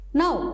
now